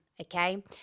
Okay